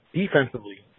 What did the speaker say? defensively